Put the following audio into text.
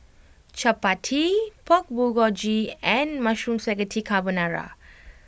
Chapati Pork Bulgogi and Mushroom Spaghetti Carbonara